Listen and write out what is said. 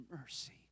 mercy